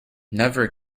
never